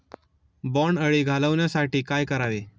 बोंडअळी घालवण्यासाठी काय करावे?